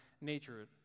nature